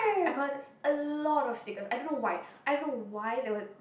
I collected a lot of stickers I don't know why I don't why there were